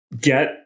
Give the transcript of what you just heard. get